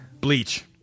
Bleach